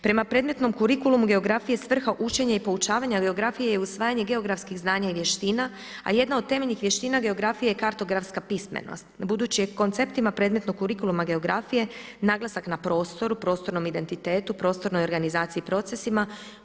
Prema predmetnom kurikulumu geografija je svrha učenja i poučavanja geografije je usvajanje geografskih znanja i vještina, a jedna od temeljnih vještina geografije je kartografska pismenost budući je konceptima predmetnog kurikuluma kartografije naglasak na prostoru, prostornom identitetu, prostornoj organizaciji procesima.